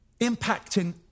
impacting